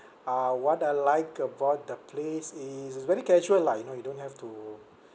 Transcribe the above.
uh what I like about the place is it's very casual lah you know you don't have to